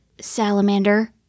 Salamander